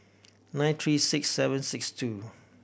nine three six seven six two